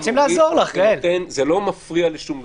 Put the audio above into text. זה לא מפריע לשום דבר,